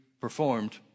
performed